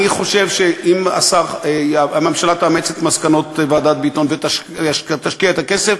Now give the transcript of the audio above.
אני חושב שאם הממשלה תאמץ את מסקנות ועדת ביטון ותשקיע את הכסף,